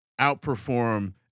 outperform